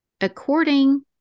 According